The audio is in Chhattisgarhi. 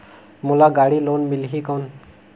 मोला गाड़ी लोन मिलही कौन?